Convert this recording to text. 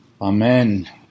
Amen